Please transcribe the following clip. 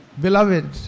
Beloved